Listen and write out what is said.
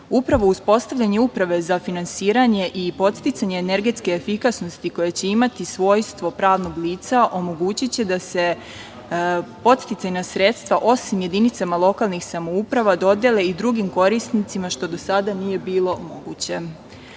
uspostavljanje Uprave za finansiranje i podsticanje energetske efikasnosti koja će imati svojstvo pravnog lica, omogućiće da se podsticajna sredstva, osim jedinicama lokalnih samouprava dodele i drugim korisnicima, što do sada nije bilo moguće. Posebno